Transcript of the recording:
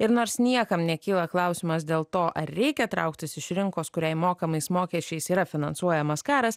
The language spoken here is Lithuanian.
ir nors niekam nekyla klausimas dėl to ar reikia trauktis iš rinkos kuriai mokamais mokesčiais yra finansuojamas karas